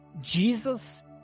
Jesus